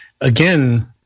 again